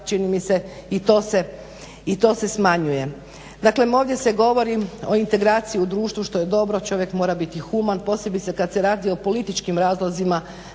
čini mi se i to se smanjuje. Daklem, ovdje se govori o integraciji u društvu što je dobro. Čovjek mora biti human posebice kad se radi o političkim razlozima